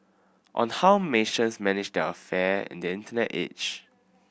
on how nations manage its affair in the Internet age